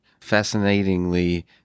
fascinatingly